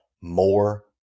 more